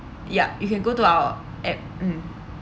ya you can go to our app mm